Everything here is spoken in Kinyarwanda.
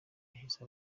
yahise